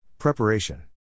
Preparation